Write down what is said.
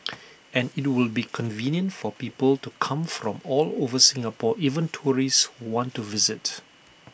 and IT will be convenient for people to come from all over Singapore even tourists who want to visit